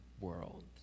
world